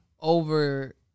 over